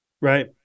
Right